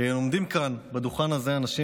אני מזמין את חבר הכנסת צבי סוכות,